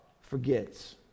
forgets